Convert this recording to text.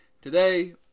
Today